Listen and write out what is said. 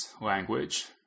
language